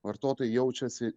vartotojai jaučiasi